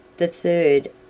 the third,